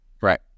right